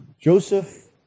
Joseph